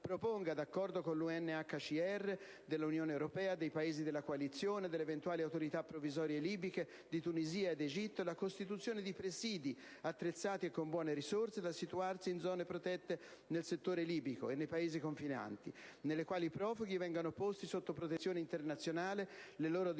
Proponga, con l'accordo della UNHCR, dell'Unione europea, dei Paesi della coalizione, delle eventuali autorità provvisorie libiche, di Tunisia ed Egitto la costituzione di presìdi attrezzati e con buone risorse, da situarsi in zone protette nel territorio libico e nei Paesi confinanti, nelle quali i profughi vengano posti sotto protezione internazionale e le loro domande